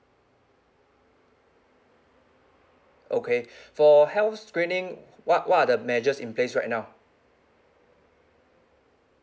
okay for health screening what what are the measures in place right now